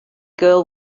girl